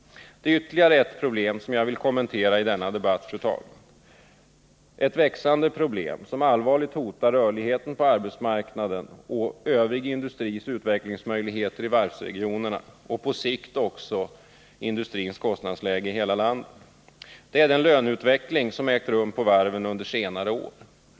Ytterligare ett problem, fru talman, vill jag kommentera i denna debatt. Det är ett växande problem som allvarligt hotar rörligheten på arbetsmarknaden och övrig industris utvecklingsmöjligheter i varvsregionerna samt på sikt också industrins kostnadsläge i hela landet. Det gäller den löneutveckling som har ägt rum på varven under senare år.